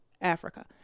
Africa